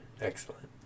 Excellent